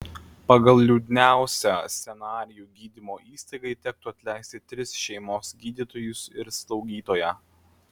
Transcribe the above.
pagal liūdniausią scenarijų gydymo įstaigai tektų atleisti tris šeimos gydytojus ir slaugytoją